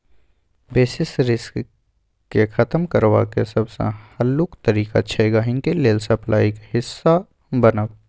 basis risk केँ खतम करबाक सबसँ हल्लुक तरीका छै गांहिकी लेल सप्लाईक हिस्सा बनब